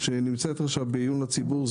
שנמצאת עכשיו לעיון הציבור.